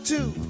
Two